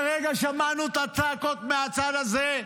כרגע שמענו את הצעקות מהצד הזה,